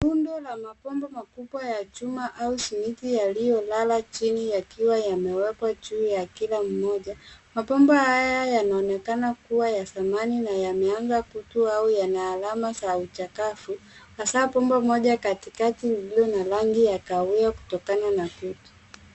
Rundo ya mabomba makubwa ya chuma au simiti yaliyolala nchini yakiwa yamewekwa juu ya kila mmoja. Mabomba haya yanaonekana kuwa ya zamani na yameanza kutu au yana alama za uchakavu hasa bomba moja katikati iliyo na rangi ya kahawia kutokana na kutu.